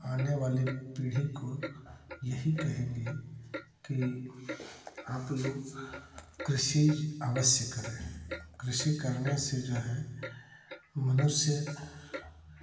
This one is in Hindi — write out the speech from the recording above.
हम आने वाली पीढ़ी को यही कहेंगे कि आप लोग कृषि अवश्य करें कृषि करने से जो है मनुष्य